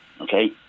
Okay